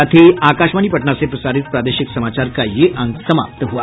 इसके साथ ही आकाशवाणी पटना से प्रसारित प्रादेशिक समाचार का ये अंक समाप्त हुआ